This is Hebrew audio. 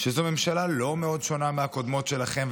שזו ממשלה לא מאוד שונה מהקודמות שלכם,